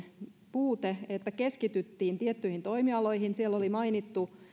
puute että keskityttiin tiettyihin toimialoihin siellä oli mainittu